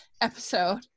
episode